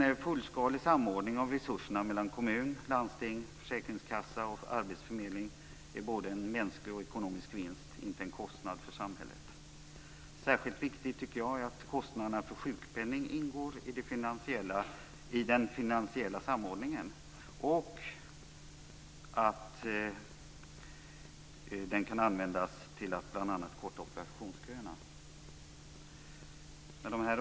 En fullskalig samordning av resurserna mellan kommuner, landsting, försäkringskassa och arbetsförmedling är både en mänsklig och ekonomisk vinst, inte en kostnad för samhället. Särskilt viktigt är att kostnaderna för sjukpenning ingår i den finansiella samordningen och att den kan användas till att bl.a. korta operationsköerna. Herr talman!